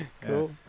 Cool